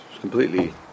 completely